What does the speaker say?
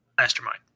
mastermind